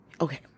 okay